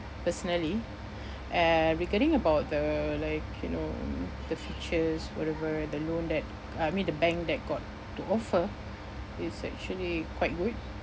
personally uh regarding about the like you know the features whatever the loan that uh I mean the bank that got to offer it's actually quite good